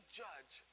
judge